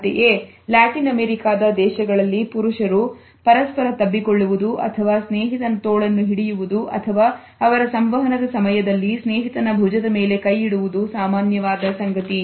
ಅಂತೆಯೇ ಲ್ಯಾಟಿನ್ ಅಮೆರಿಕದ ದೇಶಗಳಲ್ಲಿ ಪುರುಷರು ಪರಸ್ಪರ ತಬ್ಬಿಕೊಳ್ಳುವುದು ಅಥವಾ ಸ್ನೇಹಿತನ ತೋಳನ್ನು ಹಿಡಿಯುವುದು ಅಥವಾ ಅವರ ಸಂವಹನದ ಸಮಯದಲ್ಲಿ ಸ್ನೇಹಿತನ ಭುಜದ ಮೇಲೆ ಕೈ ಇಡುವುದು ಸಾಮಾನ್ಯವಾದ ಸಂಗತಿ